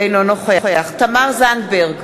אינו נוכח תמר זנדברג,